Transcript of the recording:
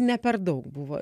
ne per daug buvo